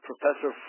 Professor